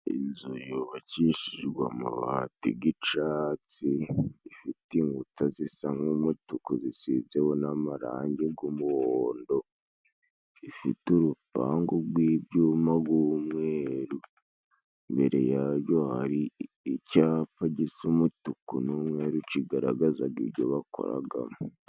Inzu yubakishijwe amabati g'icatsi ifite inkuta zisa nk'umutuku zisizeho n'amarangi g'umuhondo, ifite urupangu gw'ibyuma g'umweru, imbere yajyo hari icapa gisa umutuku n'umweru kigaragazaga ibyo bakoragamo.